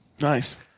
nice